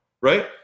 right